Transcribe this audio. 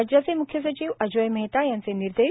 राज्याचे मुख्य सचिव अजोय मेहता यांचे निर्देश